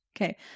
okay